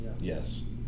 yes